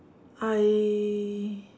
I